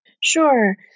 Sure